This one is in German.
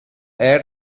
air